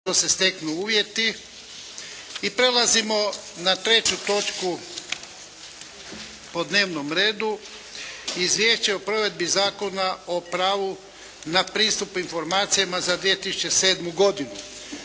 Ivan (HDZ)** prelazimo na treću točku po dnevnom redu. - Izvješće o provedbi Zakona o pravu na pristup informacijama za 2007. godinu